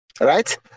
right